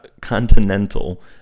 continental